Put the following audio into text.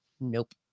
Nope